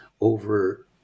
over